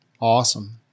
awesome